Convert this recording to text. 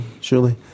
surely